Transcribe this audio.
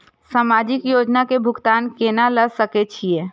समाजिक योजना के भुगतान केना ल सके छिऐ?